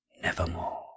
Nevermore